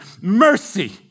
mercy